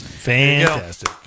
Fantastic